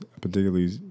particularly